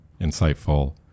insightful